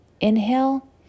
Inhale